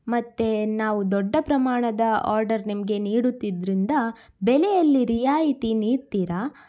ಮತ್ತು ನಾವು ದೊಡ್ಡ ಪ್ರಮಾಣದ ಆರ್ಡರ್ ನಿಮಗೆ ನೀಡುತ್ತಿದ್ರಿಂದ ಬೆಲೆಯಲ್ಲಿ ರಿಯಾಯಿತಿ ನೀಡ್ತೀರಾ